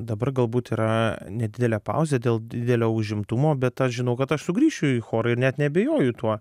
dabar galbūt yra nedidelė pauzė dėl didelio užimtumo bet aš žinau kad aš sugrįšiu į chorą ir net neabejoju tuo